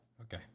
Okay